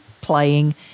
playing